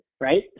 right